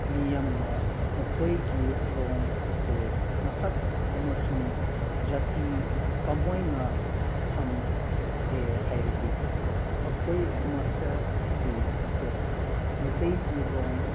ꯃꯤꯌꯥꯝꯅ ꯃꯈꯣꯏꯒꯤ ꯂꯣꯟ ꯑꯁꯦ ꯃꯁꯛ ꯑꯃꯁꯨꯡ ꯖꯥꯇꯤ ꯀꯃꯥꯏꯅ ꯊꯝꯒꯦ ꯍꯥꯏꯔꯗꯤ ꯑꯩꯈꯣꯏ ꯃꯁꯦꯜꯒꯤ ꯏꯁꯇꯦꯠ ꯃꯩꯇꯩꯒꯤ ꯂꯣꯟ